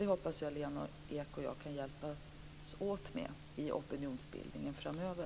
Det hoppas jag att Lena Ek och jag kan hjälpas åt med i opinionsbildningen framöver.